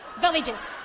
Villages